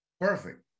Perfect